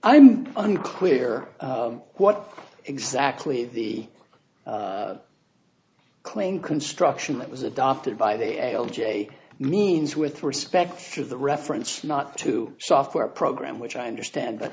i'm unclear what exactly the claim construction that was adopted by the l j means with respect to the reference not to software program which i understand but